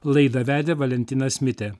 laidą vedė valentinas mitė